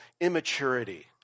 immaturity